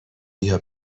بیا